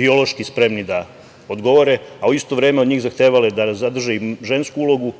biološki spremni da odgovore, a u isto vreme od njih zahtevale da zadrže i žensku ulogu,